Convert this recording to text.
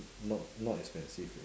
not not expensive already